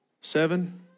seven